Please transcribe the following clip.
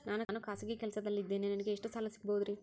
ನಾನು ಖಾಸಗಿ ಕೆಲಸದಲ್ಲಿದ್ದೇನೆ ನನಗೆ ಎಷ್ಟು ಸಾಲ ಸಿಗಬಹುದ್ರಿ?